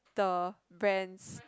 the brands